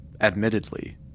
Admittedly